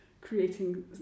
creating